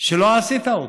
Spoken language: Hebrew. שלא עשית אותו.